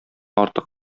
артык